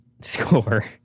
score